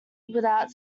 without